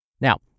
Now